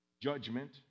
judgment